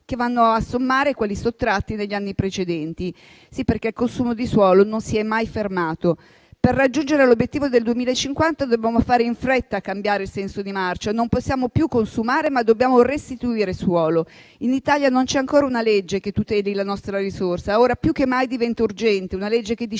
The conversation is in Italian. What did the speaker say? che si vanno a sommare a quelli sottratti negli anni precedenti. Sì, perché il consumo di suolo non si è mai fermato. Per raggiungere l'obiettivo del 2050 dobbiamo fare in fretta a cambiare il senso di marcia; non possiamo più consumare, ma dobbiamo restituire suolo. In Italia non c'è ancora una legge che tuteli la nostra risorsa. Ora più che mai diventa urgente una legge che